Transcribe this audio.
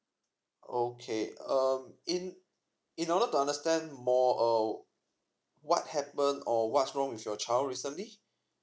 okay um in in order to understand more err what happened or what's wrong with your child recently